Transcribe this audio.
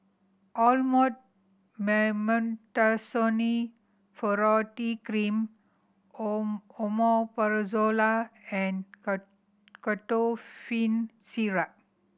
Elomet Mometasone Furoate Cream Omeprazole and Ketotifen Syrup